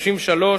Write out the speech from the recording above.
33,